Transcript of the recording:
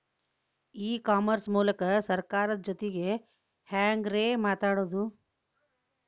E commerce ಮೂಲಕ ಸರ್ಕಾರದ ಜೊತಿಗೆ ಹ್ಯಾಂಗ್ ರೇ ಮಾತಾಡೋದು?